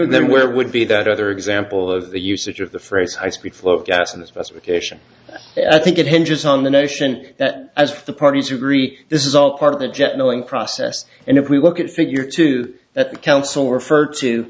and then where would be that other example of the usage of the phrase high speed float gas in the specification i think it hinges on the notion that as the parties agree this is all part of the jet milling process and if we look at figure two at council